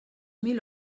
mil